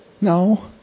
No